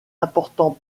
important